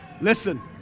Listen